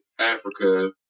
Africa